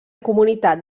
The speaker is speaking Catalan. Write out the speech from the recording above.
comunitat